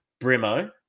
Brimo